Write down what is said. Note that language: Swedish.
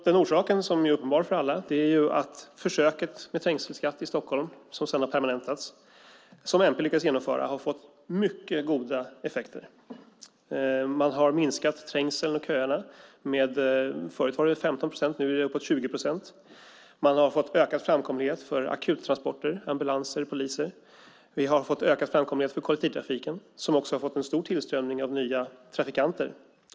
Den orsak som är uppenbar för alla är ju att försöket med trängselskatt i Stockholm, som sedan har permanentas, något som Miljöpartiet lyckades genomföra, har fått mycket goda effekter. Trängseln och köerna har minskat med först 15 procent, nu är det uppåt 20 procent. Vi har fått ökad framkomlighet för akuttransporter, ambulanser och poliser. Vi har fått ökad framkomlighet för kollektivtrafiken som också har fått stor tillströmning av nya trafikanter.